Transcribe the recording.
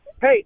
Hey